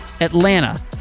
Atlanta